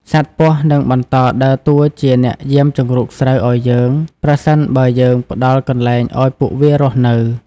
សត្វពស់នឹងបន្តដើរតួជាអ្នកយាមជង្រុកស្រូវឱ្យយើង ប្រសិនបើយើងផ្តល់កន្លែងឱ្យពួកវារស់នៅ។